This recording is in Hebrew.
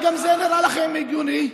אולי גם זה נראה לכם הגיוני?